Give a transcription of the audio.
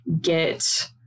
get